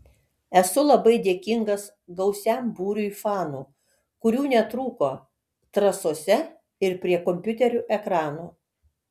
esu labai dėkingas gausiam būriui fanų kurių netrūko trasose ir prie kompiuterių ekranų